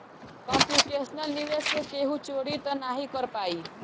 computational निवेश से केहू चोरी तअ नाही कर पाई